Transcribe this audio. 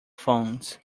phones